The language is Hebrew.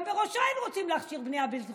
גם בראש העין רוצים להכשיר בנייה בלתי חוקית,